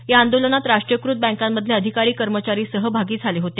या आंदोलनात राष्ट्रीयकृत बँकांमधले अधिकारी कर्मचारी सहभागी झाले होते